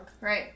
Right